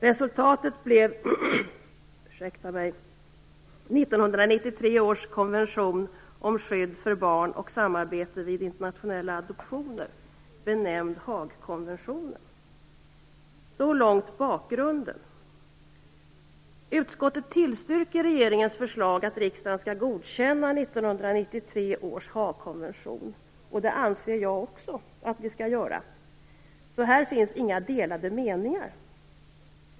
Resultatet blev 1993 års konvention om skydd för barn och samarbete vid internationella adoptioner, benämnd Haagkonventionen. Så långt bakgrunden. Utskottet tillstyrker regeringens förslag att riksdagen skall godkänna 1993 års Haagkonvention, och det anser jag också att vi skall göra. Här finns alltså inga delade meningar.